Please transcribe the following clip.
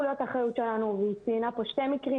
להיות אחריות שלנו והיא ציינה פה שני מקרים.